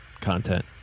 content